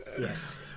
yes